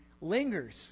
lingers